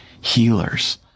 healers